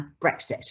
Brexit